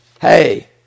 hey